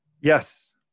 Yes